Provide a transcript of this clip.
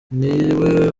niwe